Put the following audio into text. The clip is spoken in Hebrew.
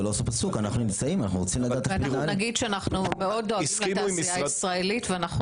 אנחנו מאוד דואגים לתעשייה הישראלית ואנחנו